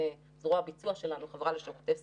גם שם הנתונים מדווחים אלינו ומפורסמים לציבור.